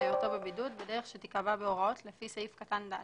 היותו בבידוד בדרך שתיקבע בהוראות לפי סעיף קטן (ד).